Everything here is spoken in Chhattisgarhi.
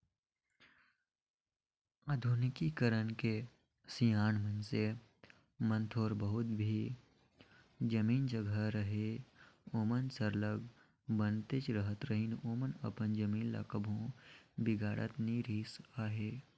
आधुनिकीकरन के सियान मइनसे मन थोर बहुत भी जमीन जगहा रअहे ओमन सरलग बनातेच रहत रहिन ओमन अपन जमीन ल कभू बिगाड़त नी रिहिस अहे